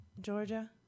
Georgia